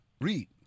Read